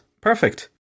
Perfect